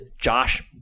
Josh